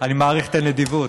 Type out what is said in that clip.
אני מעריך את הנדיבות,